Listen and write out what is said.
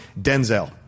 Denzel